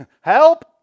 Help